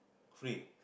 free